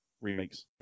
remakes